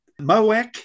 Moak